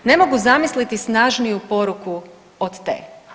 Ne mogu zamisliti snažniju poruku od te.